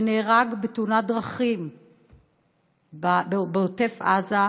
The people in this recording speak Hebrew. שנהרג בתאונת דרכים בעוטף עזה,